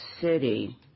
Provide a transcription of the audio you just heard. city